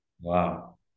Wow